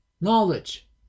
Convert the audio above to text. knowledge